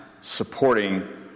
supporting